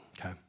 okay